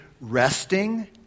resting